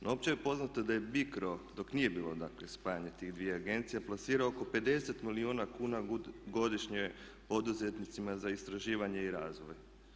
No, opće je poznato da je BICRO dok nije bilo dakle spajanje tih dviju agencija plasirao oko 50 milijuna kuna godišnje poduzetnicima za istraživanje i razvoj.